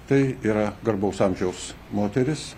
tai yra garbaus amžiaus moteris